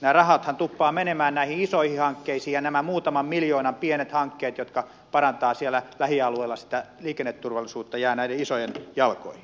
nämä rahathan tuppaavat menemään näihin isoihin hankkeisiin ja nämä muutaman miljoonan pienet hankkeet jotka parantavat siellä lähialueella sitä liikenneturvallisuutta jäävät näiden isojen jalkoihin